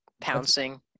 pouncing